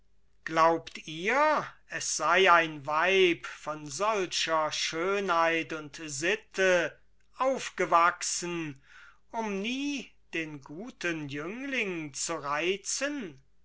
glaubt ihr es sei ein weib von solcher schönheit und sitte aufgewachsen um nie den guten jüngling zu reizen